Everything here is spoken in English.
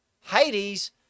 Hades